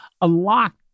unlock